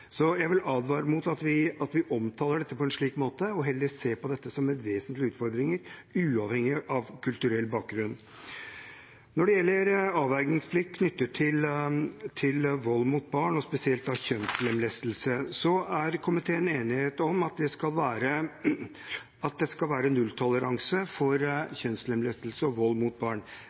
Så jeg vil advare mot at vi omtaler dette på en slik måte, og heller ser på dette som vesentlige utfordringer uavhengig av kulturell bakgrunn. Når det gjelder avvergingsplikt knyttet til vold mot barn, og spesielt da kjønnslemlestelse, så er det i komiteen enighet om at det skal være nulltoleranse for kjønnslemlestelse og vold mot barn